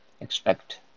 expect